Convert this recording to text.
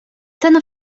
ten